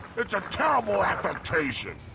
it's a terrible affectation.